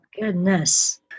Goodness